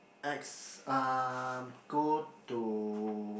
ex um go to